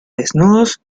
desnudos